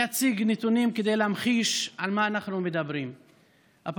כדי להמחיש על מה אנחנו מדברים אני אציג